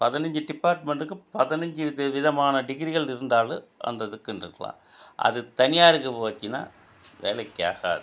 பதினஞ்சி டிப்பார்ட்மெண்ட்டுக்கும் பதினஞ்சி வித விதமான டிகிரிகள் இருந்தாலும் அந்த இதுக்குன்னிருக்கலாம் அது தனியாருக்கு போச்சுன்னா வேலைக்கு ஆகாது